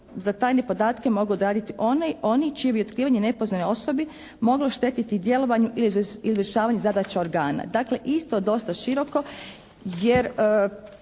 za tajne podatke mogu odradit oni čije bi otkrivanje nepoznatoj osobi moglo štetiti djelovanju ili rješavanju zadaća organa. Dakle, isto dosta široko jer